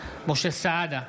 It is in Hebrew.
משה סעדה,